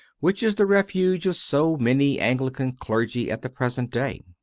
which is the refuge of so many anglican clergy at the present day.